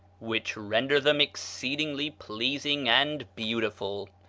which render them exceedingly pleasing and beautiful.